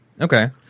Okay